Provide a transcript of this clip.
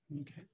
Okay